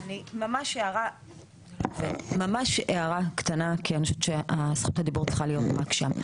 ממש הערה קטנה כי אני חושבת שזכות הדיבור צריכה להיות רק שם.